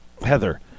Heather